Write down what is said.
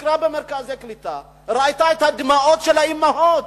ביקרה במרכזי הקליטה, ראתה את הדמעות של האמהות,